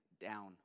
down